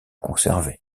conservé